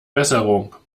besserung